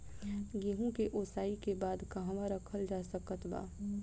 गेहूँ के ओसाई के बाद कहवा रखल जा सकत बा?